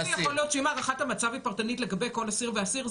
אז איך זה יכול להיות שאם הערכת המצב היא פרטנית לגבי כל אסיר ואסיר,